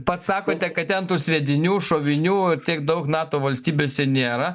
pats sakote kad ten tų sviedinių šovinių tiek daug nato valstybėse nėra